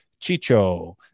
chicho